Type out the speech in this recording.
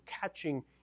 catching